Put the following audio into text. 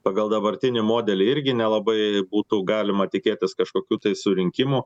pagal dabartinį modelį irgi nelabai būtų galima tikėtis kažkokių tai surinkimų